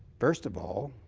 first of all,